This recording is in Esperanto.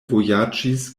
vojaĝis